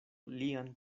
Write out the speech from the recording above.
lian